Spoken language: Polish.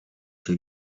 się